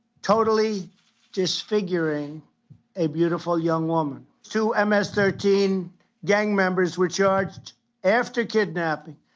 totally disfiguring a beautiful young woman. to and ms thirteen gang members were charged after kidnapping,